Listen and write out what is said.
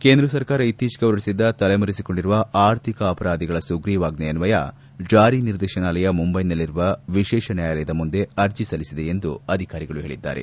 ಕೇಂದ್ರ ಸರ್ಕಾರ ಇತ್ತೀಚೆಗೆ ಹೊರಡಿಸಿದ್ದ ತಲೆ ಮರೆಸಿಕೊಂಡಿರುವ ಆರ್ಥಿಕ ಅಪರಾಧಿಗಳ ಸುಗ್ರೀವಾಜ್ವೆಯನ್ವಯ ಜಾರಿ ನಿರ್ದೇಶನಾಲಯ ಮುಂಬೈನಲ್ಲಿರುವ ವಿಶೇಷ ನ್ನಾಯಾಲಯದ ಮುಂದೆ ಅರ್ಜಿ ಸಲ್ಲಿಸಿದೆ ಎಂದು ಅಧಿಕಾರಿಗಳು ಹೇಳಿದ್ದಾರೆ